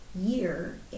year